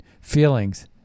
feelings